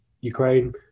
Ukraine